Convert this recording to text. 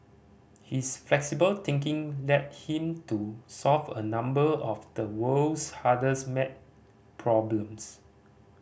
his flexible thinking led him to solve a number of the world's hardest maths problems